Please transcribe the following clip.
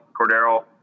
Cordero